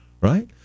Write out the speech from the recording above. right